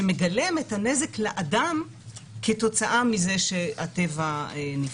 שמגלם את הנזק לאדם כתוצאה מזה שהטבע נפגע.